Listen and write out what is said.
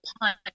punch